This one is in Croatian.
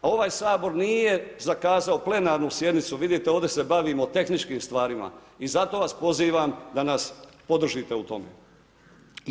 A ovaj Sabor nije zakazao plenarnu sjednicu, vidite ovdje se bavimo tehničkim stvarima i zato vas pozivam da nas podržite u tom.